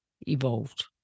evolved